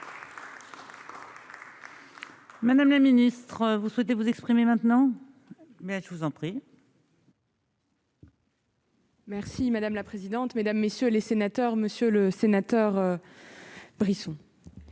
Madame la ministre, vous souhaitez vous exprimer maintenant mais je vous en prie. Merci madame la présidente, mesdames, messieurs les sénateurs, Monsieur le Sénateur Brisson.